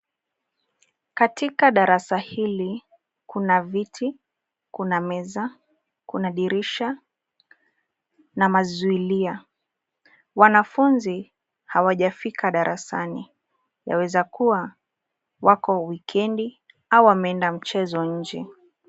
Katika darasa hili kuna viti, kuna meza, kuna dirisha na mazuilia. Wanafunzi, hawajafika darasani, yaweza kuwa wako wikendi, au wameenda mchezo nje.